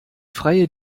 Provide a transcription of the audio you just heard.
freie